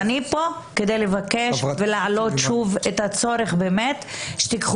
אני פה כדי לבקש ולהעלות שוב את הצורך ושתיקחו